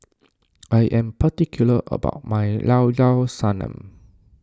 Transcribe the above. I am particular about my Llao Llao Sanum